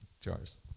jars